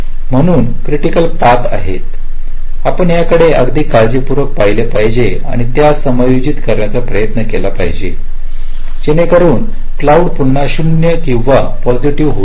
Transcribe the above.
कारण हेक्रिटिकल पथआहेत आपण त्याकडे अगदी काळजीपूर्वक पाहिले पाहिजे आणि त्यास समायोजित करण्याचा प्रयत्न केला पाहिजे जेणेकरुन क्लाऊड पुन्हा 0 किंवा पॉसिटीव्ह होईल